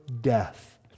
death